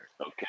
Okay